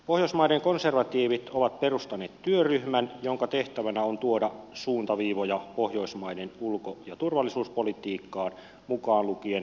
pohjoismaiden konservatiivit ovat perustaneet työryhmän jonka tehtävänä on tuoda suuntaviivoja pohjoismaiden ulko ja turvallisuuspolitiikkaan mukaan lukien puolustuspolitiikka